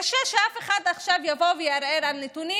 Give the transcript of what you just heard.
קשה שמישהו עכשיו יבוא ויערער על נתונים